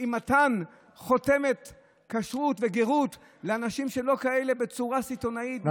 במתן חותמת כשרות וגרות לאנשים שלא כאלה בצורה סיטונאית,